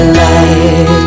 light